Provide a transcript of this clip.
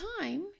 time